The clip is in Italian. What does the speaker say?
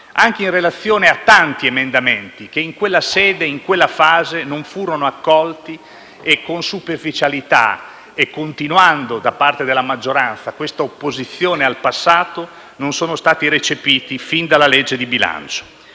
anche in relazione a tanti emendamenti che in quella sede e in quella fase non furono accolti; con superficialità e continuando da parte della maggioranza un'opposizione al passato non sono stati recepiti fin dalla legge di bilancio.